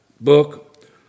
book